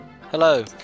Hello